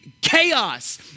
chaos